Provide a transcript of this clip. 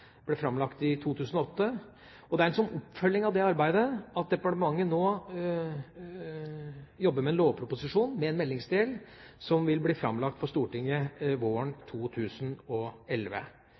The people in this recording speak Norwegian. ble framlagt i 2008. Det er som oppfølging av dette arbeidet at departementet nå jobber med en lovproposisjon med en meldingsdel som vil bli framlagt for Stortinget våren 2011.